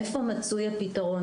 איפה מצוי הפתרון?